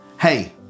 Hey